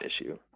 issue